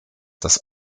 das